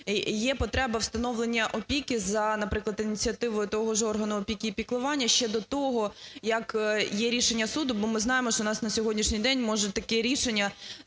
є потреба встановлення опіки за, наприклад, ініціативою того ж органу опіки і піклування ще до того, як є рішення суду. Бо ми знаємо, що у нас на сьогоднішній день може таке рішення